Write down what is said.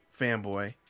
fanboy